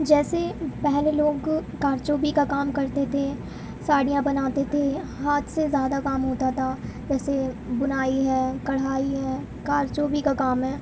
جیسے پہلے لوگ کارچوبی کا کام کرتے تھے ساڑیاں بناتے تھے ہاتھ سے زیادہ کام ہوتا تھا جیسے بنائی ہے کڑھائی ہے کارچوبی کا کام ہے